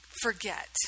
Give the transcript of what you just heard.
forget